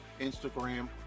Instagram